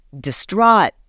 distraught